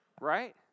Right